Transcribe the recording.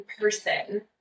person